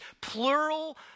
plural